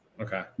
Okay